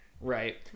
Right